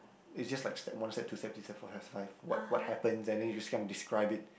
is just like step one step two step three step four step five what what happens and then you just kinda describe it